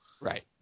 Right